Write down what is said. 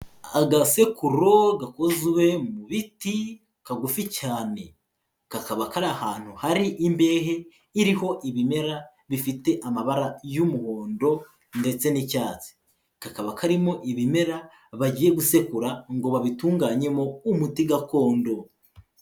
Agasekuro gakozwe mu biti, kagufi cyane, kakaba kari ahantu hari imbehe iriho ibimera bifite amabara y'umuhondo ndetse n'icyatsi, kakaba karimo ibimera bagiye gusekura ngo babitunganyemo umuti gakondo.